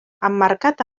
emmarcat